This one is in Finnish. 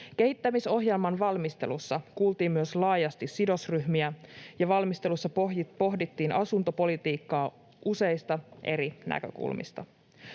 Kehittämisohjelman valmistelussa kuultiin myös laajasti sidosryhmiä, ja valmistelussa pohdittiin asuntopolitiikkaa useista eri näkökulmista.